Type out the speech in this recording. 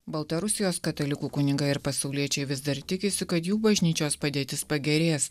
baltarusijos katalikų kunigai ir pasauliečiai vis dar tikisi kad jų bažnyčios padėtis pagerės